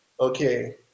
okay